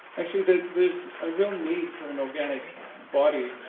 actually, there's a real need for an organic body.